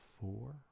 four